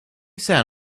sat